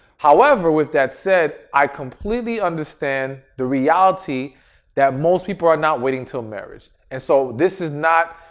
however, with that said, i completely understand the reality that most people are not waiting till marriage. and so, this is not,